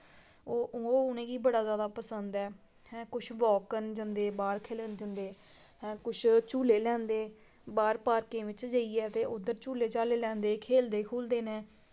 ओह् उ'नेंगी बड़ा जादा पसंद ऐ है कुछ वॉक करन जंदे बाह्र खेलन जंदे कुछ झूले लैंदे बाह्र पार्कें बिच्च जाइयै ते उध्दर झूले झाल्ले लैंदे खेलदे खूलदे नै